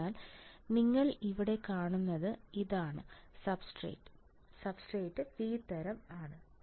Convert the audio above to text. അതിനാൽ നിങ്ങൾ ഇവിടെ കാണുന്നത് ഇതാണ് സബ്സ്റേറ്റ് P തരം ആണ്